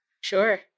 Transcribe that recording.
Sure